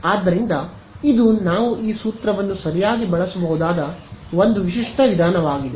ಆದ್ದರಿಂದ ಇದು ನಾವು ಈ ಸೂತ್ರವನ್ನು ಸರಿಯಾಗಿ ಬಳಸಬಹುದಾದ ಒಂದು ವಿಶಿಷ್ಟ ವಿಧಾನವಾಗಿದೆ